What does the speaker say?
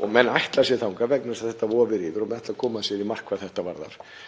og menn ætla sér þangað vegna þess að þetta vofir yfir og menn ætla að koma sér í mark hvað þetta varðar.